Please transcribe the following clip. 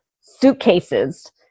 suitcases